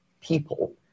people